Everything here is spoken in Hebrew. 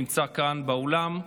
נמצא כאן באולם.